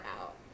out